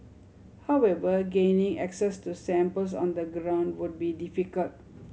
however gaining access to samples on the ground would be difficult